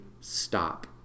stop